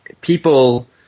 people